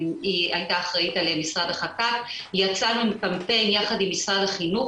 אחראית על משרד החק"ק יצאנו בקמפיין ביחד עם משרד החינוך